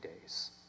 days